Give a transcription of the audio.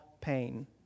pain